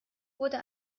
wurde